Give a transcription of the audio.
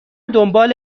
دنبال